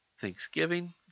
Thanksgiving